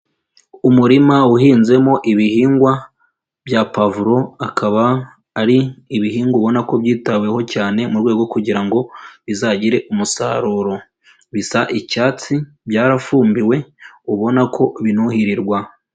Umurima uhinzemo ibihingwa bya pavuro akaba ari ibihingwa ubona ko byitaweho cyane mu rwego rwo kugira ngo bizagire umusaruro, bisa icyatsi byarafumbiwe, ubona ko binuhirirwa.